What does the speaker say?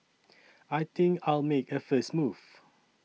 I think I'll make a first move